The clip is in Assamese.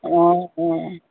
অঁ অঁ